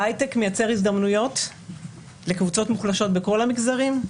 ההייטק מייצר הזדמנויות לקבוצות מוחלשות בכל המגזרים,